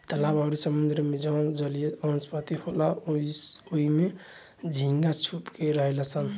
तालाब अउरी समुंद्र में जवन जलीय वनस्पति होला ओइमे झींगा छुप के रहेलसन